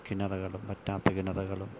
കിണറുകളും വറ്റാത്ത കിണറുകളും